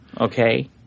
okay